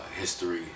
History